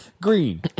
Green